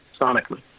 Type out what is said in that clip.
sonically